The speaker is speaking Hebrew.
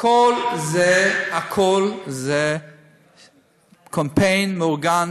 הכול זה קמפיין מאורגן,